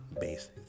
base